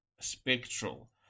Spectral